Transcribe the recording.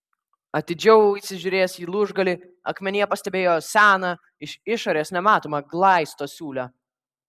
atidžiau įsižiūrėjęs į lūžgalį akmenyje pastebėjo seną iš išorės nematomą glaisto siūlę